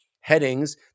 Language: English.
headings